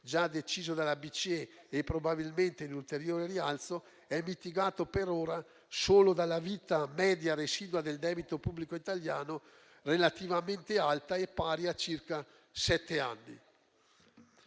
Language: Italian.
già deciso dalla BCE e probabilmente in ulteriore rialzo, è mitigato per ora solo dalla vita media residua del debito pubblico italiano relativamente alta e pari a circa sette anni.